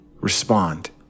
respond